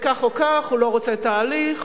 וכך או כך הוא לא רוצה את ההליך.